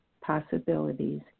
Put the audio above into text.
possibilities